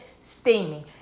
steaming